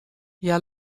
hja